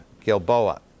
Gilboa